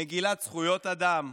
מגילת זכויות אדם,